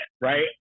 right